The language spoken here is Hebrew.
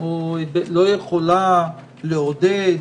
לא יכולה לעודד,